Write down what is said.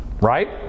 Right